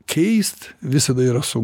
keist visada yra su